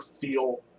feel